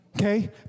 Okay